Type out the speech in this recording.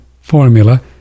formula